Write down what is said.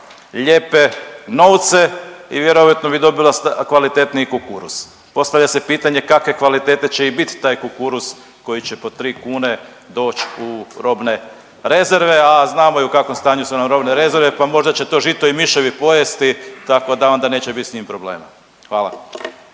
lijepe novce i vjerojatno bi dobila kvalitetniji kukuruz. Postavlja se pitanje kakve kvalitete će i bit taj kukuruz koji će po 3 kune doć u robne rezerve, a znamo i u kakvom stanju su nam robne rezerve, pa možda će to žito i miševi pojesti tako da onda neće bit s tim problema, hvala.